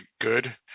good